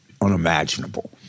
unimaginable